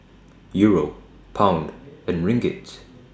Euro Pound and Ringgit